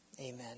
Amen